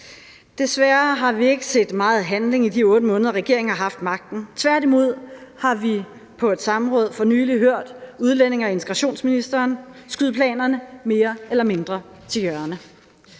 Desværre har vi ikke set meget handling i de 8 måneder, regeringen har haft magten. Tværtimod har vi i et samråd for nylig hørt udlændinge- og integrationsministeren skyde planerne mere eller mindre til hjørne.